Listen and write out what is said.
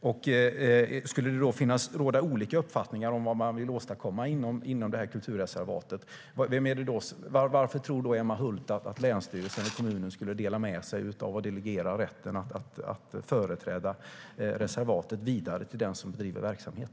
Varför tror Emma Hult att länsstyrelsen eller kommunen skulle dela med sig av och delegera rätten att företräda reservatet till den som driver verksamheten, om det skulle råda olika uppfattningar om vad man vill åstadkomma inom kulturreservatet?